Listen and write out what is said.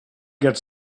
get